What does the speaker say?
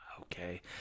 Okay